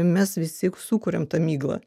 mes visi sukuriam tą miglą